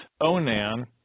Onan